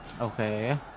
Okay